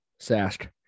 sask